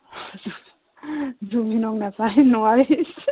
জুবিনক নেচায় নোৱাৰি